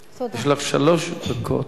יש לך שלוש דקות.